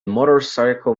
motorcycle